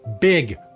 big